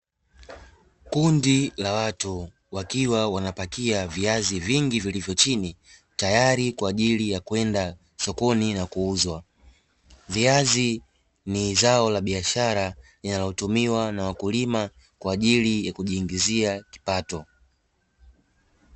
Kundi la watu wakiwa wanapakia viazi vingi vilivyo chini tayari kwa ajili ya kwenda sokoni na kuuzwa, viazi ni zao la biashara yanayotumiwa na wakulima kwa ajili ya kujiingizia kipato.